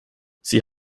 sie